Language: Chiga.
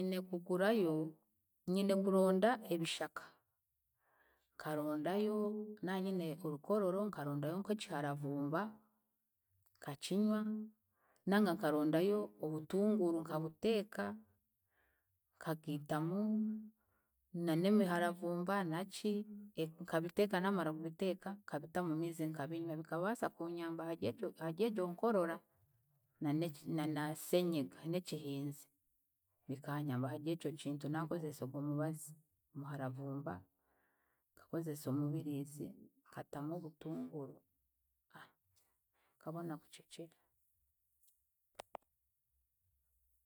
Nyine kugurayo, nyine kuronda ebishaka. Nkarondayo naanyine orukororo nkarondayo nk'ekiharavumba nkakinywa nanga nkarondayo obutunguru nkabuteeka nkagiitamu nan'emiharavumba naki e- nkabiteeka naamara kubiteeka, nkabita mu miizi nkabinywa bikabaasa kunyamba hary'ekyo haryegyo nkorora naneki na na senyiga n'ekihinzi. Bikanyamba haryekyo kintu naakozesa ogwo mubazi; omuharavumba, nkakozesa omubiriizi, nkatamu obutunguru, aa nkabona kukikira.